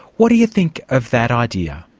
what do you think of that idea?